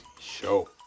show